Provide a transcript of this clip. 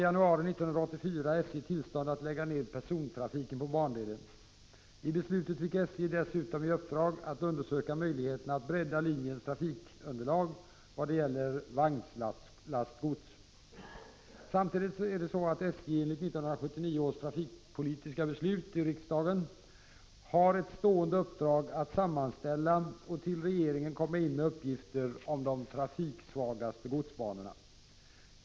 Samtidigt är det så att SJ enligt 1979 års trafikpolitiska beslut i riksdagen har ett stående uppdrag att sammanställa och till regeringen komma in med uppgifter om de trafiksvagaste godsbanorna.